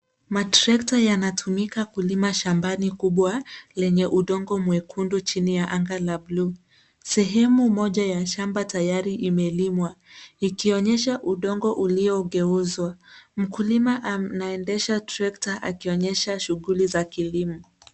Matrekta yanatumika Kulima shambani kubwa lenye udongo mwekundu chini ya anga la buluu. Sehemu moja ya shamba tayari imelimwa ikionyesha udongo uliogeuzwa. Mkulima anaendesha trekta akionyesha shughuli za kilimo.